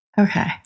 Okay